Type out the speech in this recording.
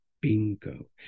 bingo